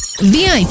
vip